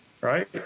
Right